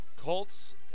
Colts